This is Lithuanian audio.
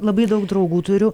labai daug draugų turiu